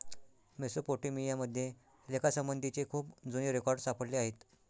Mesopotamia मध्ये लेखासंबंधीचे खूप जुने रेकॉर्ड सापडले आहेत